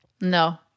No